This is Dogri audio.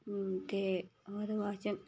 ते ओह्दे बाद च